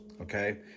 okay